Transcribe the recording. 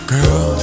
Girl